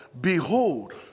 behold